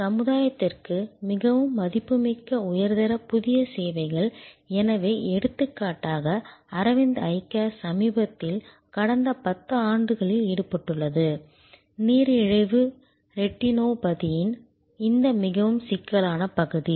ஆனால் சமுதாயத்திற்கு மிகவும் மதிப்புமிக்க உயர்தர புதிய சேவைகள் எனவே எடுத்துக்காட்டாக அரவிந்த் ஐ கேர் சமீபத்தில் கடந்த பத்தாண்டுகளில் ஈடுபட்டுள்ளது நீரிழிவு ரெட்டினோபதியின் இந்த மிகவும் சிக்கலான பகுதி